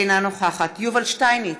אינה נוכחת יובל שטייניץ,